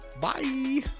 bye